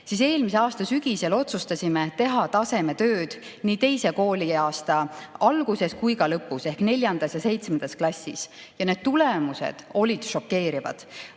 siis eelmise aasta sügisel otsustasime teha tasemetööd nii teise kooli[astme] alguses kui ka lõpus ehk neljandas ja seitsmendas klassis. Ja need tulemused olid šokeerivad.